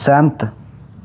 सैह्मत